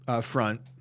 front